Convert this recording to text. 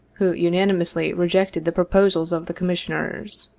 who unanimously reject ed the proposals of the commissioners.